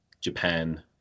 Japan